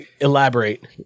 elaborate